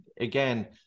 again